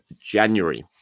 January